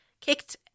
kicked